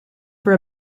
for